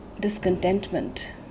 discontentment